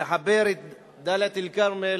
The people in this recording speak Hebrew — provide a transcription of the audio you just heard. לחבר את דאלית-אל-כרמל